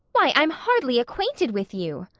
why, i'm hardly acquainted with you,